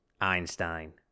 Einstein